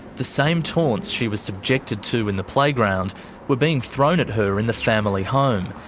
the same taunts she was subjected to in the playground were being thrown at her in the family home.